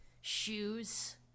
shoes